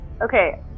Okay